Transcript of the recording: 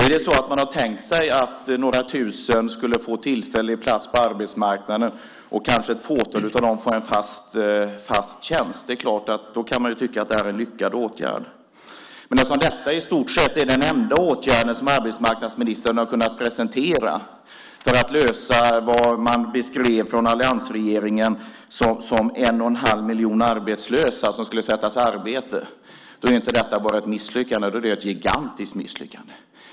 Är det så att man har tänkt sig att några tusen skulle få tillfällig plats på arbetsmarknaden och kanske ett fåtal av dem få en fast tjänst är det klart att man kan tycka att det är en lyckad åtgärd. Men eftersom detta i stort sett är den enda åtgärd som arbetsmarknadsministern har kunnat presentera för att lösa det problem som man i alliansregeringen beskrev som en och en halv miljon arbetslösa som skulle sättas i arbete är detta inte bara ett misslyckande. Det är ett gigantiskt misslyckande.